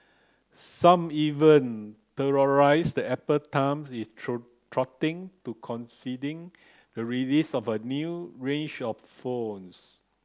some even theorised that Apple times its throttling to coincide the release of a new range of phones